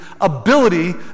ability